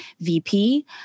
VP